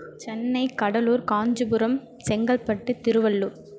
Chennai Cuddalore Kanchipuram Chengalpattu Tiruvallur